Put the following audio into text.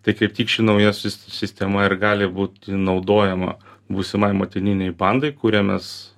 tai kaip tik ši nauja sis sistema ir gali būti naudojama būsimai motininei bandai kurią mes